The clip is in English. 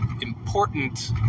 important